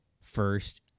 first